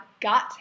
gut